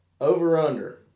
over-under